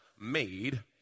made